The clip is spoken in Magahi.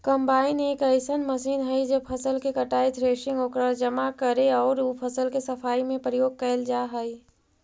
कम्बाइन एक अइसन मशीन हई जे फसल के कटाई, थ्रेसिंग, ओकरा जमा करे औउर उ फसल के सफाई में प्रयोग कईल जा हई